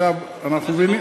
עכשיו אנחנו מבינים,